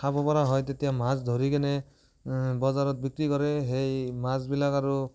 খাব পৰা হয় তেতিয়া মাছ ধৰি কিনে বজাৰত বিক্ৰী কৰে সেই মাছবিলাক আৰু